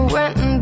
went